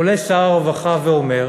עולה שר הרווחה ואומר: